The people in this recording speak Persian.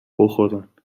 بخورن